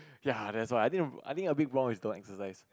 ya that's why I think I think a big problem is don't want exercise